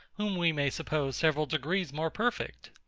whom we may suppose several degrees more perfect!